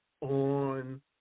on